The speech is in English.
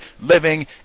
living